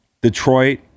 Detroit